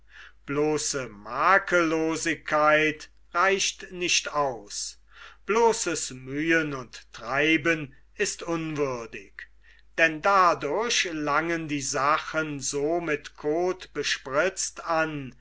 bloße makellosigkeit reicht nicht aus bloßes mühen und treiben ist unwürdig denn dadurch langen die sachen so mit koth bespritzt an